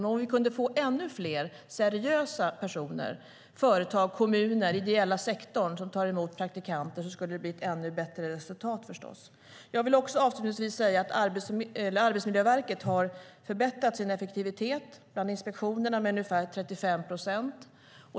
Men om vi kunde få ännu fler seriösa personer, företag, kommuner och den ideella sektorn att ta emot praktikanter skulle det förstås bli ett ännu bättre resultat. Avslutningsvis vill jag säga att Arbetsmiljöverket har förbättrat sin effektivitet när det gäller inspektionerna med ungefär 35 procent.